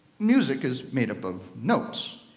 music is made up of notes.